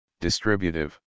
distributive